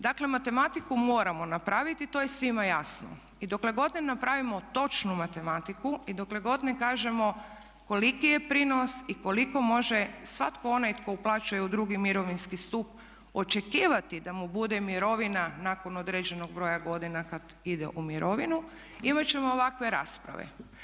Dakle matematiku moramo napraviti, to je svima jasno i dokle god ne napravimo točnu matematiku i dokle god ne kažemo koliki je prinos i koliko može svatko onaj koji uplaćuje u drugi mirovinski stup očekivati da mu bude mirovina nakon određenog broja godina kada ide u mirovinu imati ćemo ovakve rasprave.